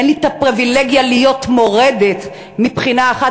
אין לי את הפריבילגיה להיות מורדת מבחינה אחת,